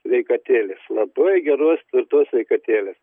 sveikatėlės labai geros tvirtos sveikatėlės